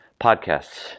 podcasts